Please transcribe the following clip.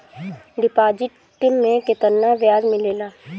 Deposit मे केतना बयाज मिलेला?